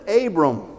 abram